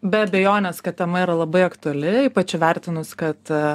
be abejonės kad tema yra labai aktuali ypač įvertinus kad